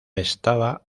estaba